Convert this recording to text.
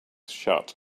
shut